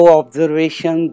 observation